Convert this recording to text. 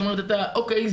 זאת אומרת שאתה או.קיי,